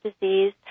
disease